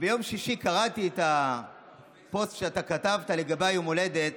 וביום שישי קראתי את הפוסט שכתבת על יום ההולדת